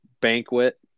banquet